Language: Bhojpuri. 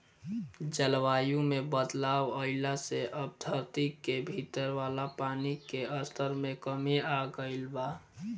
जलवायु में बदलाव आइला से अब धरती के भीतर वाला पानी के स्तर में कमी आ गईल बा